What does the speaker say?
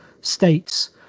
states